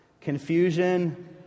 confusion